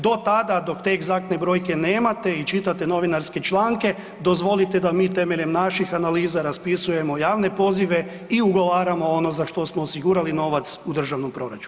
Do tada, dok te egzaktne brojke nemate i čitate novinarske članke dozvolite da mi temeljem naših analiza raspisujemo javne pozive i ugovaramo ono za što smo osigurali novac u državnom proračunu.